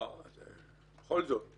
בכל זאת,